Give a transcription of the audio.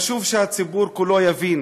חשוב שהציבור כולו יבין